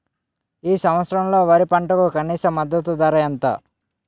ఈ సంవత్సరంలో వరి పంటకు కనీస మద్దతు ధర ఎంత?